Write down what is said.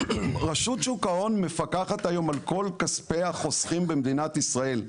רשות שוק ההון מפקחת היום על כל כספי החוסכים במדינת ישראל.